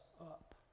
up